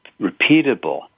repeatable